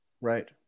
Right